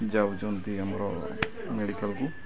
ଯାଉଛନ୍ତି ଆମର ମେଡ଼ିକାଲକୁ